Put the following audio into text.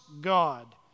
God